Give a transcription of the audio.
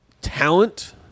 talent